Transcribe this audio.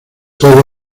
todos